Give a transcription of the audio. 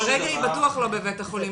כרגע היא בטוח לא בבית החולים.